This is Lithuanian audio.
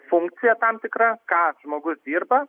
funkcija tam tikra ką žmogus dirba